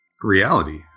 reality